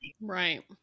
right